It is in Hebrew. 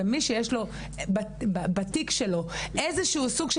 ומי שיש לו בתיק שלו איזשהו סוג של